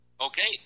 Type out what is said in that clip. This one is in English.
okay